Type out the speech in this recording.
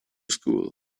school